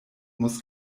muss